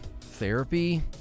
therapy